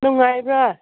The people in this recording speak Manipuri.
ꯅꯨꯡꯉꯥꯏꯕ꯭ꯔꯥ